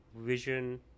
vision